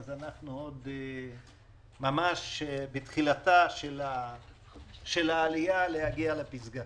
אז אנחנו ממש בתחילתה של העלייה להגיע לפסגה.